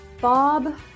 Bob